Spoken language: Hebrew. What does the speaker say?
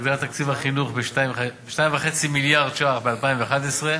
הגדלת תקציב החינוך ב-2.5 מיליארד ש"ח ב-2011,